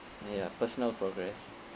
ya personal progress